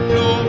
no